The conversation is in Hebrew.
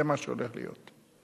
זה מה שהולך להיות.